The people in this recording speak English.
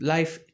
Life